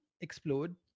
explode